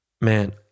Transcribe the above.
Man